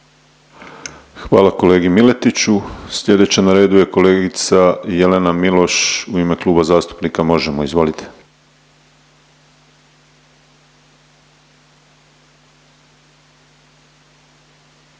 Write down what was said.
Hvala kolegi Miletiću. Slijedeća na redu je kolegica Jelena Miloš u ime Kluba zastupnika Možemo!. Izvolite.